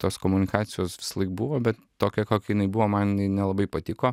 tos komunikacijos visąlaik buvo bet tokia kokia jinai buvo man jinai nelabai patiko